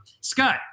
Scott